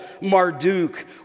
Marduk